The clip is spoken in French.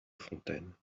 fontaines